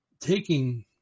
taking